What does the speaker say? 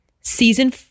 Season